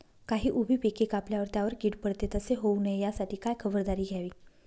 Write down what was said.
काही उभी पिके कापल्यावर त्यावर कीड पडते, तसे होऊ नये यासाठी काय खबरदारी घ्यावी?